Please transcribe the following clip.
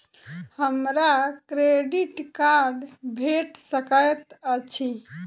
हमरा credit card भेट सकैत अछि?